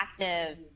active